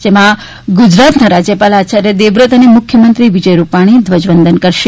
જેમાં ગુજરાતનાં રાજયપાલ આચાર્ય દેવવ્રત અને મુખ્યમંત્રી વિજય રૂપાણી ધ્વજવંદન કરશે